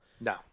No